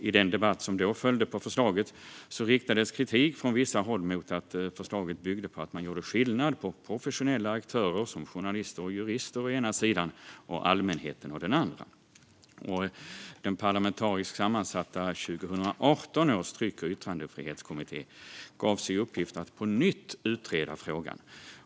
I den debatt som då följde på förslaget riktades kritik från vissa håll mot att förslaget byggde på att man gjorde skillnad på professionella aktörer, som journalister och jurister, å ena sidan och allmänheten å den andra. 2018 års tryck och yttrandefrihetskommitté, som var parlamentariskt sammansatt, gavs i uppgift att på nytt utreda frågan.